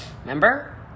Remember